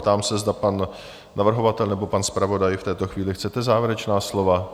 A ptám se, zda pan navrhovatel nebo pan zpravodaj v této chvíli, chcete závěrečná slova?